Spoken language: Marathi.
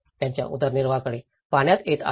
त्यांच्या उदरनिर्वाहाकडे परत येत आहे